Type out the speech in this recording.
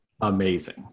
amazing